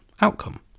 outcome